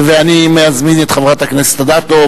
אני מזמין את חברת הכנסת אדטו.